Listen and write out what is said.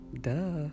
duh